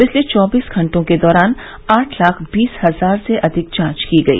पिछले चौबीस घंटों के दौरान आठ लाख बीस हजार से अधिक जांच की गई